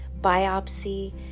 biopsy